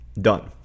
Done